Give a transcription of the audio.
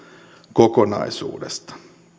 kokonaisuudesta